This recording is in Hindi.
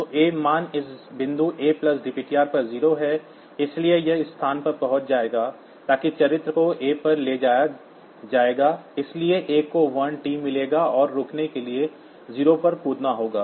तो A मान इस बिंदु A प्लस डपटर पर 0 है इसलिए यह इस स्थान पर पहुंच जाएगा ताकि चरित्र को A पर ले जाया जाएगा इसलिए A को वर्ण t मिलेगा और रुकने के लिए 0 पर कूदना होगा